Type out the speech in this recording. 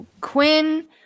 quinn